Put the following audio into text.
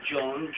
John